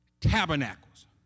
tabernacles